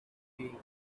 being